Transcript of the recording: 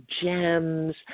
gems